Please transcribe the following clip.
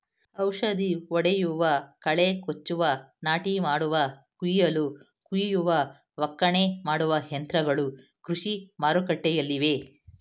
ಔಷಧಿ ಹೊಡೆಯುವ, ಕಳೆ ಕೊಚ್ಚುವ, ನಾಟಿ ಮಾಡುವ, ಕುಯಿಲು ಕುಯ್ಯುವ, ಒಕ್ಕಣೆ ಮಾಡುವ ಯಂತ್ರಗಳು ಕೃಷಿ ಮಾರುಕಟ್ಟೆಲ್ಲಿವೆ